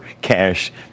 cash